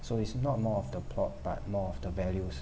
so it's not more of the plot but more of the values